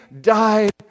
died